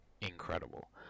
incredible